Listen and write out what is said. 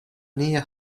nia